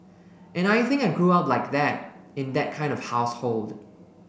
and I think I grew up like that in that kind of household